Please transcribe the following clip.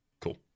Cool